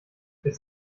ist